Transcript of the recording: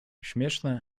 śmieszne